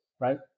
right